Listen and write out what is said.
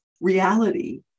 reality